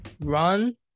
run